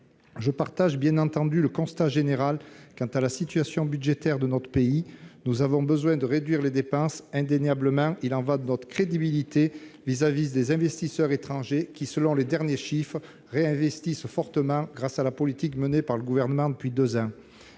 Je partage bien entendu le constat général sur la situation budgétaire de notre pays : nous avons besoin de réduire les dépenses. Il y va indéniablement de notre crédibilité vis-à-vis des investisseurs étrangers, qui, selon les derniers chiffres, réinvestissent fortement grâce à la politique menée par le Gouvernement depuis deux ans.